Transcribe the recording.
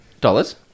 dollars